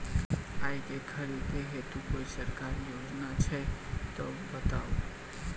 आइ केँ खरीदै हेतु कोनो सरकारी योजना छै तऽ बताउ?